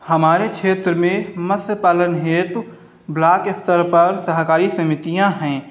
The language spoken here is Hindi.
हमारे क्षेत्र में मत्स्य पालन हेतु ब्लाक स्तर पर सहकारी समीतियां हैं